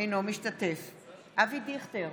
אינו משתתף בהצבעה אבי דיכטר,